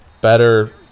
better